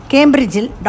Cambridge